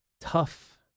tough